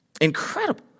incredible